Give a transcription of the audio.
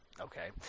Okay